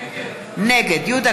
נגד גילה